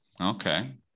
Okay